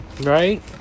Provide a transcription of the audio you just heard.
Right